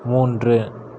மூன்று